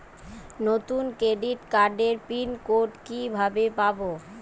নতুন ক্রেডিট কার্ডের pin code কিভাবে পাব?